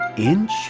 inch